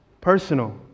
Personal